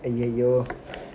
!aiyiyo!